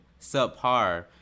subpar